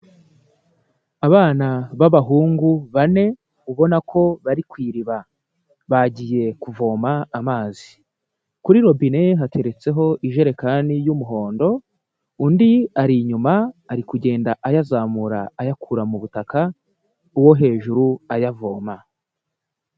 Abana b'abahungu bane ubona ko bari ku iriba, bagiye kuvoma amazi. Kuri robine hateretseho ijerekani y'umuhondo, undi ari inyuma ari kugenda ayazamura ayakura mu butaka, uwo hejuru ayavoma.